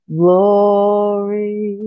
glory